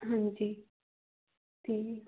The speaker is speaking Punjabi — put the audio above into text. ਹਾਂਜੀ ਅਤੇ